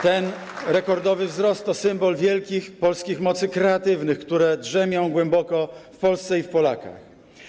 Ten rekordowy wzrost to symbol wielkich polskich mocy kreatywnych, które drzemią głęboko w Polsce i w Polakach.